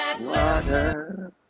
Water